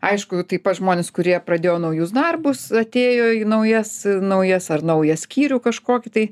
aišku taip pat žmonės kurie pradėjo naujus darbus atėjo į naujas naujas ar naują skyrių kažkokį tai